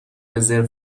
رزرو